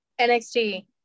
NXT